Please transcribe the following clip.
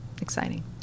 exciting